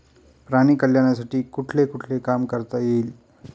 प्राणी कल्याणासाठी कुठले कुठले काम करता येईल?